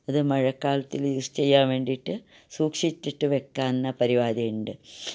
അത് മഴക്കാലത്തില് യൂസ് ചെയ്യാൻ വേണ്ടിയിട്ട് സൂക്ഷിച്ചിട്ട് വെക്കാനെന്ന പരിപാടി ഉണ്ട്